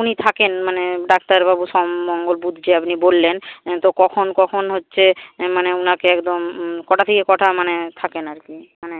উনি থাকেন মানে ডাক্তারবাবু সোম মঙ্গল বুধ যে আপনি বললেন তো কখন কখন হচ্ছে মানে উনাকে একদম কটা থেকে কটা মানে থাকেন আর কি মানে